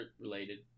related